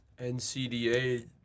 NCDA